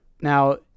Now